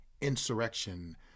insurrection